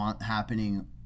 happening